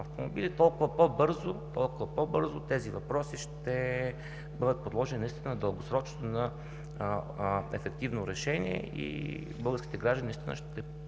толкова по-бързо тези въпроси ще бъдат подложени дългосрочно на ефективно решение и българските граждани, в